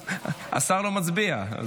השר לא מצביע.